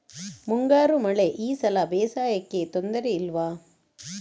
ಮುಂಗಾರು ಮಳೆ ಈ ಸಲ ಬೇಸಾಯಕ್ಕೆ ತೊಂದರೆ ಇಲ್ವ?